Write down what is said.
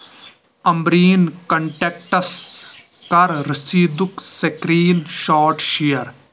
عمبریٖن contacts کَر رسیٖدُک screenshot شیر